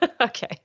Okay